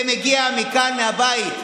זה מגיע מכאן, מהבית.